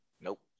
Nope